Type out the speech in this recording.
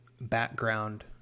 background